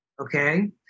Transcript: okay